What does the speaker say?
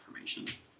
information